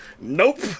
Nope